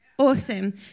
Awesome